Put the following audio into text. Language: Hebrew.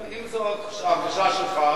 אם זו ההרגשה שלך,